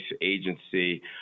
agency